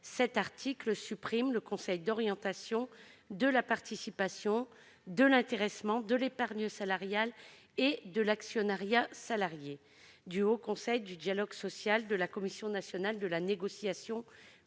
15 vise à supprimer le Conseil d'orientation de la participation, de l'intéressement, de l'épargne salariale et de l'actionnariat salarié, le Haut Conseil du dialogue social, la Commission nationale de la négociation